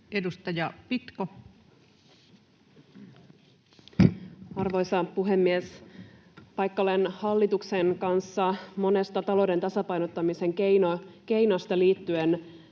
Content: Arvoisa puhemies! Vaikka olen hallituksen kanssa monesta talouden tasapainottamisen keinosta eri